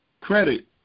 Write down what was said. credit